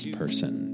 person